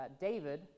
david